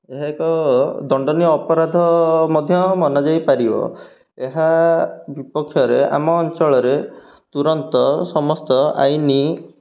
ଏହା ଏକ ଦଣ୍ଡନୀୟ ଅପରାଧ ମଧ୍ୟ ମନାଯାଇପାରିବ ଏହା ବିପକ୍ଷରେ ଆମ ଅଞ୍ଚଳରେ ତୁରନ୍ତ ସମସ୍ତ ଆଇନ